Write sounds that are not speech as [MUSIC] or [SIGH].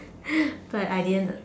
[NOISE] but I didn't